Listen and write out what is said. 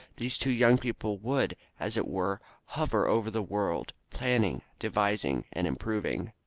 these two young people would, as it were, hover over the world, planning, devising, and improving.